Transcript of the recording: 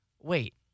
wait